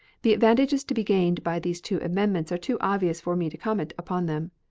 the advantages to be gained by these two amendments are too obvious for me to comment upon them.